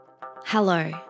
hello